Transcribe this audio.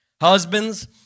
Husbands